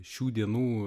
šių dienų